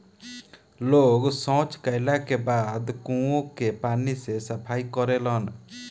लोग सॉच कैला के बाद कुओं के पानी से सफाई करेलन